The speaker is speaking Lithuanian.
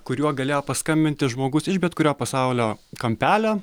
kuriuo galėjo paskambinti žmogus iš bet kurio pasaulio kampelio